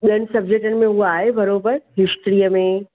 ॿियनि सब्जेक्टनि में उहा आहे बराबरि हिस्ट्रीअ में